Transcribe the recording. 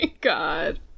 god